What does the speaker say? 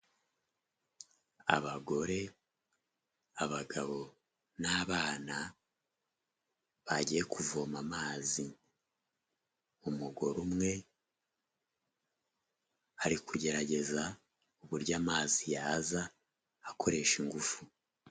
Abagore, abagabo, n'abana bagiye kuvoma amazi, umugore umwe ari kugerageza uburyo amazi yaza akoresha ingufu.